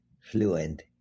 fluent